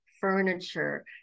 furniture